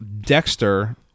Dexter